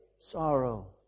Sorrow